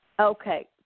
Okay